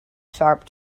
sharp